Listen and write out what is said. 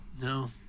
No